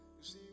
see